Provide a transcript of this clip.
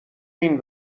این